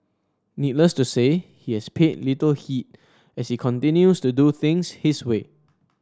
needless to say he has paid little heed as he continues to do things his way